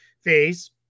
phase